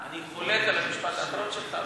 אני חולק על המשפט האחרון שלך,